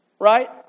right